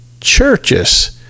churches